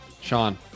Sean